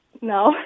No